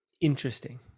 interesting